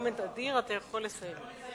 זה היה comment אדיר, אתה יכול לסיים.